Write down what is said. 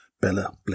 Bella